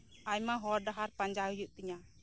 ᱟᱭᱢᱟ ᱦᱚᱨ ᱰᱟᱦᱟᱨ ᱯᱟᱸᱡᱟᱭ ᱦᱳᱭᱳᱜ ᱛᱤᱧᱟᱹ